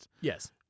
Yes